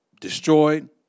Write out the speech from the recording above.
destroyed